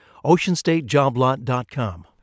OceanStateJobLot.com